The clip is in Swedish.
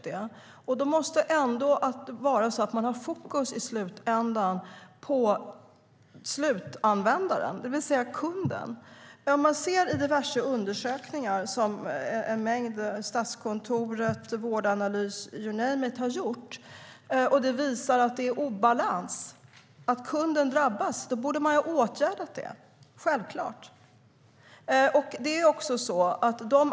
Då måste man i slutändan ha fokus på slutanvändaren, det vill säga kunden. När diverse undersökningar från Statskontoret, Vårdanalys och andra visar att det är obalans, att kunden drabbas, då borde man självklart ha åtgärdat det.